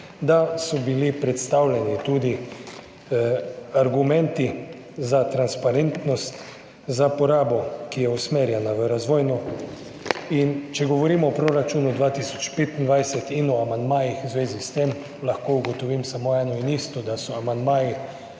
da so bili predstavljeni tudi argumenti za transparentnost, za porabo, ki je razvojno usmerjena, in če govorimo o proračunu za leto 2025 in o amandmajih v zvezi s tem, lahko ugotovim samo eno in isto, da so amandmaji